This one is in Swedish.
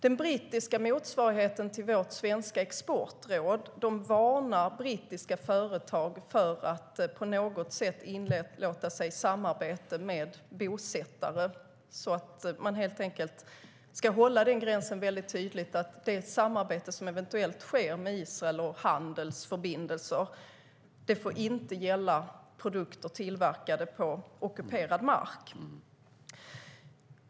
Den brittiska motsvarigheten till vårt svenska exportråd varnar brittiska företag för att på något sätt inleda samarbete med bosättare. Man ska helt enkelt hålla den gränsen tydlig. Samarbete och handelsförbindelser som eventuellt sker med Israel får inte gälla produkter tillverkade på ockuperad mark.